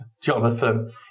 Jonathan